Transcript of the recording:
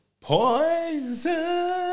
poison